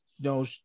no